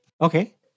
Okay